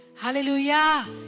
Hallelujah